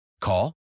Call